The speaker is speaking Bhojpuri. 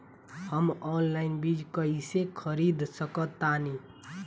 हम ऑनलाइन बीज कईसे खरीद सकतानी?